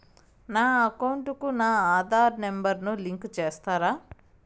నా అకౌంట్ కు నా ఆధార్ నెంబర్ ను లింకు చేసారా